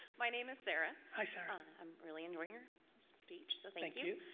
my name is sarah. hi sarah. i'm really enjoying your speech, so thank you.